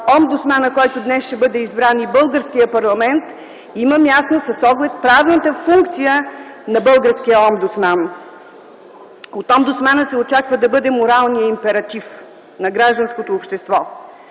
омбудсмана, който днес ще бъде избран, и българския парламент, има място с оглед правната функция на българския омбудсман. От омбудсмана се очаква да бъде моралният императив на гражданското общество.